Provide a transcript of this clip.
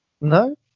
No